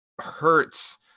hurts